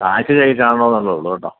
കാശ് കയ്യിൽ കാണണം എന്നുള്ളതേ ഉള്ളൂ കേട്ടോ